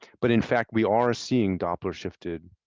but in fact, we are seeing doppler shifted